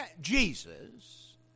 Jesus